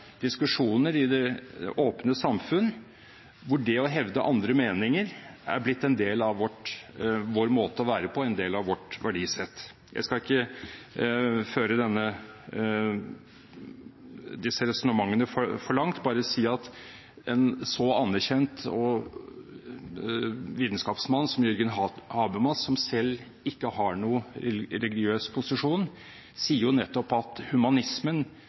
diskusjoner i det åpne samfunn, hvor det å hevde andre meninger er blitt en del av vår måte å være på, en del av vårt verdisett. Jeg skal ikke føre disse resonnementene for langt, bare si at en så anerkjent vitenskapsmann som Jürgen Habermas, som selv ikke har noen religiøs posisjon, sier at nettopp humanismen